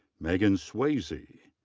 megan swasey.